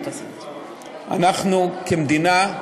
אנחנו כמדינה,